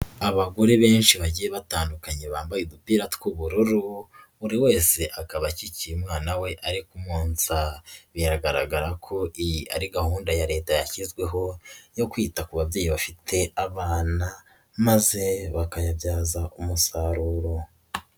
Abagore benshi bagiye batandukanye bambaye udupira tw'ubururu, buri wese akaba akikiye umwana we ari kumwonsa biragaragara ko iyi ari gahunda ya Leta yashyizweho yo kwita ku babyeyi bafite abana maze bakayabyaza umusaruro.